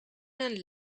een